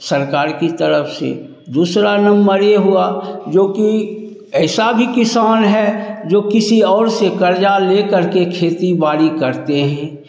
सरकार की तरफ से दूसरा नंबर यह हुआ जो कि ऐसा भी किसान है जो किसी और से कर्ज़ लेकर के खेती बाड़ी करते हैं